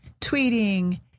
tweeting